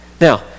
Now